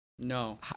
No